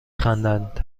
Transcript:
خندد